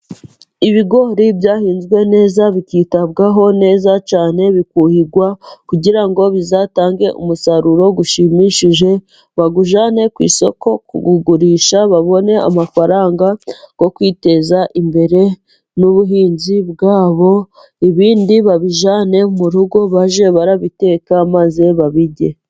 Ibigori byahinzwe neza bikitabwaho neza cyane, bikuhirwa kugira ngo bizatange umusaruro ushimishije, bawujyane ku isoko kuwugurisha babone amafaranga yo kwiteza imbere n'ubuhinzi bwabo, ibindi babijyane mu rugo bajye barabiteka maze babirye.